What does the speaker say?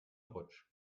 rutsch